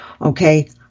Okay